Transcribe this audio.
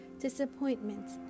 disappointments